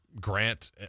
Grant